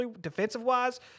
defensive-wise